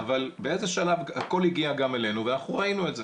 באיזה שהוא שלב הכול הגיע גם אלינו ואנחנו ראינו את זה